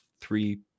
three